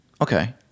Okay